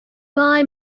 buy